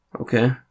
Okay